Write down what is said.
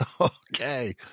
Okay